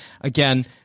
again